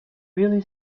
really